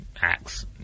acts